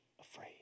afraid